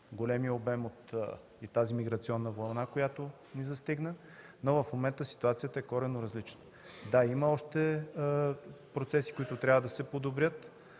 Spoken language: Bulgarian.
големия обем на тази миграционна вълна, която ни застигна, но в момента ситуацията е коренно различна. Да, има още процеси, които трябва да се подобрят